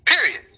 Period